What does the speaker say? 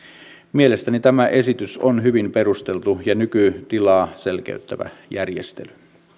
mielestäni tämä esitys on hyvin perusteltu ja nykytilaa selkeyttävä järjestely